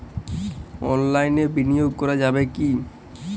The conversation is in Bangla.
অনলাইনে বিনিয়োগ করা যাবে কি?